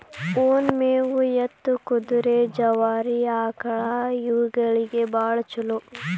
ಒನ ಮೇವು ಎತ್ತು, ಕುದುರೆ, ಜವಾರಿ ಆಕ್ಳಾ ಇವುಗಳಿಗೆ ಬಾಳ ಚುಲೋ